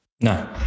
No